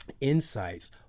insights